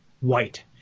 white